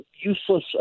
useless